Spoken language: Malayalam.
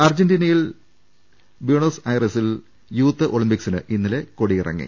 അർജന്റീനയിൽ ബ്യൂണസ് ഐറിസിൽ യൂത്ത് ഒളിമ്പിക്സിന് ഇന്നലെ കൊടിയിറങ്ങി